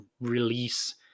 release